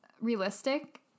realistic